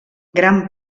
gran